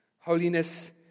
Holiness